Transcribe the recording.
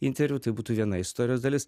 interviu tai būtų viena istorijos dalis